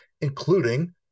including